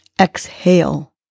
Exhale